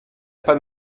pas